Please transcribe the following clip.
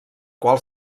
qual